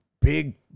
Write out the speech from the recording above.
big